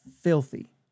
filthy